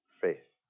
faith